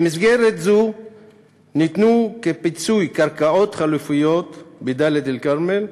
במסגרת זו ניתנו כפיצוי קרקעות חלופיות בדאלית-אלכרמל,